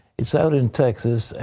it's out in texas,